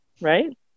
right